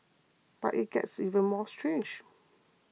but it gets even more strange